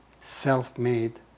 self-made